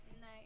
night